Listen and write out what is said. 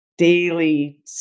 daily